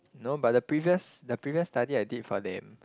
no but the previous the previous study I did for them